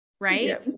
right